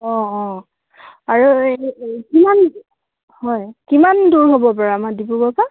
অঁ অঁ আৰু এই এই কিমান হয় কিমান দূৰ হ'ব পাৰে আমাৰ ডিব্ৰুগড়ৰপৰা